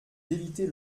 d’éviter